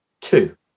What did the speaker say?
two